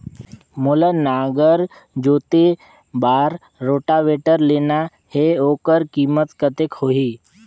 मोला नागर जोते बार रोटावेटर लेना हे ओकर कीमत कतेक होही?